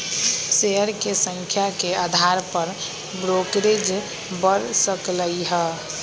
share के संख्या के अधार पर ब्रोकरेज बड़ सकलई ह